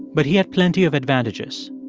but he had plenty of advantages.